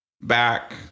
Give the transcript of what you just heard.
back